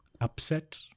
upset